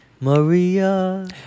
Maria